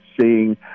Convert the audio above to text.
seeing